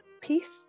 peace